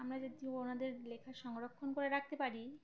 আমরা যেদি ওনাদের লেখা সংরক্ষণ করে রাখতে পারি